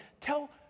tell